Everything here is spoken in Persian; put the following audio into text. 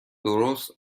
درست